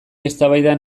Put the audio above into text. eztabaidan